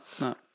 No